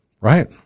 Right